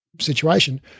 situation